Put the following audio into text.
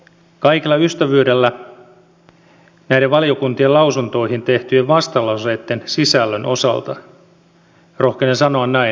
kaikella ystävyydellä näiden valiokuntien lausuntoihin tehtyjen vastalauseitten sisällön osalta rohkenen sanoa näin